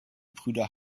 brüder